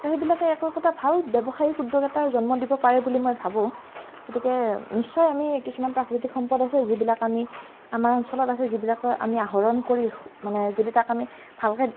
তো সেইবিলাক একো একোটা ভাল ব্য়ৱসায়িক উদ্যোগ এটাৰ জন্ম দিব পাৰে বুলি মই ভাবোঁ গতিকে নিশ্চয় আমি কিছুমান প্ৰাকৃতিক সম্পদ আছে যিবিলাক আমি আমাৰ অঞ্চলত আছে যিবিলাক আমি আহৰণ কৰি মানে যদি তাক আমি ভালকৈ